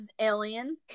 Alien